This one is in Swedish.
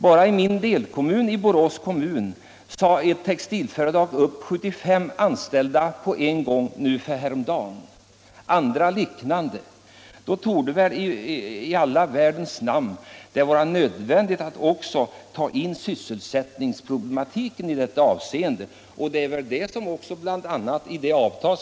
Bara i den del av Borås kommun där jag bor sade ett textilföretag upp 75 anställda på en gång häromdagen. Det finns flera liknande fall. Nog torde det vara nödvändigt att också ta upp frågan om sysselsättningen. Den har visst att göra med EG-avtalet.